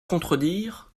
contredire